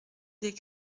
des